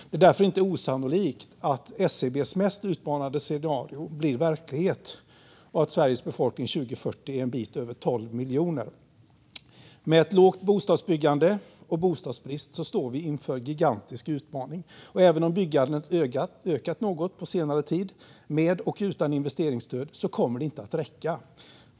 Det är därför inte osannolikt att SCB:s mest utmanade scenario blir verklighet och att Sveriges befolkning 2040 är en bit över 12 miljoner. Med ett lågt bostadsbyggande och bostadsbrist står vi inför en gigantisk utmaning. Även om byggandet har ökat något på senare tid - med och utan investeringsstöd - kommer det inte att räcka.